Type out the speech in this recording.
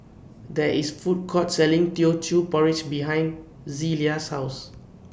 There IS Food Court Selling Teochew Porridge behind Zelia's House